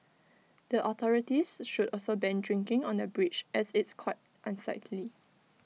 the authorities should also ban drinking on the bridge as it's quite unsightly